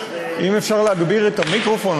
אם אפשר להגביר את המיקרופון,